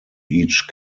each